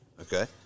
okay